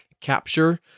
Capture